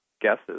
guesses